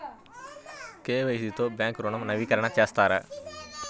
KYC తో bank ఋణం నవీకరణ చేస్తారా?